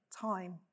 time